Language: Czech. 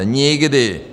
Nikdy!